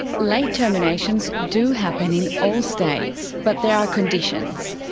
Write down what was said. late terminations do happen in all states, but there are conditions.